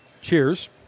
cheers